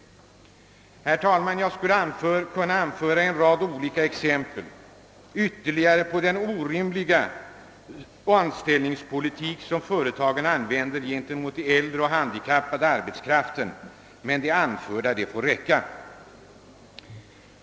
Herr talman! Jag skulle kunna anföra en rad ytterligare exempel på den orimliga anställningspolitik som företagen använder gentemot den äldre och handikappade arbetskraften, men det anförda får räcka.